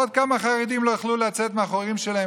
עוד כמה חרדים לא יוכלו לצאת מהחורים שלהם,